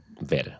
ver